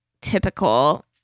typical